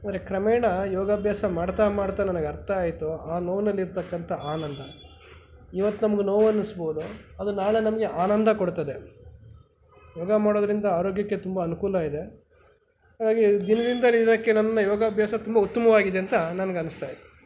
ಆದ್ರೆ ಕ್ರಮೇಣ ಯೋಗಾಭ್ಯಾಸ ಮಾಡ್ತಾ ಮಾಡ್ತಾ ನನಗೆ ಅರ್ಥ ಆಯಿತು ಆ ನೋವ್ನಲ್ಲಿ ಇರತಕ್ಕಂಥ ಆನಂದ ಇವತ್ತು ನಮ್ಗೆ ನೋವು ಅನ್ನಿಸ್ಬೋದು ಅದು ನಾಳೆ ನಮಗೆ ಆನಂದ ಕೊಡ್ತದೆ ಯೋಗ ಮಾಡೋದರಿಂದ ಆರೋಗ್ಯಕ್ಕೆ ತುಂಬ ಅನುಕೂಲ ಇದೆ ಹಾಗಾಗಿ ದಿನದಿಂದ ದಿನಕ್ಕೆ ನನ್ನ ಯೋಗಾಭ್ಯಾಸ ತುಂಬ ಉತ್ತಮವಾಗಿದೆ ಅಂತ ನನ್ಗೆ ಅನ್ನಿಸ್ತಾ ಇದೆ